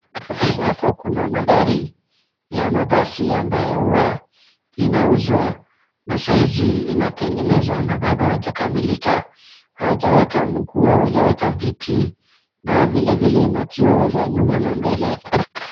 Hapo kuna magari ya mabasi ambayo huwa inauzwa na saizi inatengenezwa na bado hajakamilika, hawajaweka mguu hawajaweka viti, na vile vile makioo za nyuma na mbele.